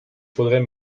faudrait